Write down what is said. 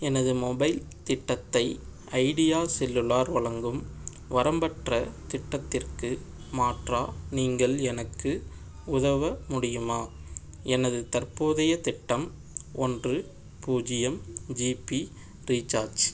எனது மொபைல் திட்டத்தை Idea cellular வழங்கும் வரம்பற்ற திட்டத்திற்கு மாற்றாக நீங்கள் எனக்கு உதவ முடியுமா எனது தற்போதைய திட்டம் ஒன்று பூஜ்ஜியம் ஜிபி ரீசார்ஜ்